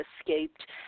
escaped